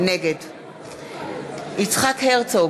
נגד יצחק הרצוג,